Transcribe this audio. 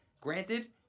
Granted